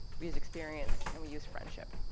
we use experience, and we use friendship.